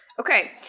Okay